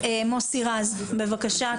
מוסי רז, בבקשה.